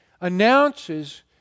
announces